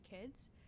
kids